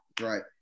right